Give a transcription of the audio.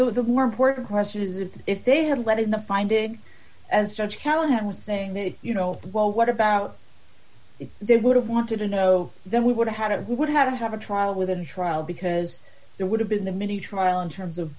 the more important question is if they had let in the finding as judge callahan was saying made you know well what about if they would have wanted to know then we would have had it would have to have a trial within the trial because there would have been the mini trial in terms of